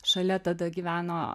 šalia tada gyveno